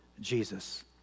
Jesus